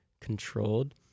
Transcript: controlled